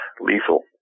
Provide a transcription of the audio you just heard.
lethal